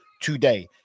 today